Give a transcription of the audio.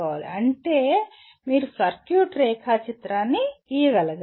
అంటే మీరు సర్క్యూట్ రేఖాచిత్రాన్ని గీయగలగాలి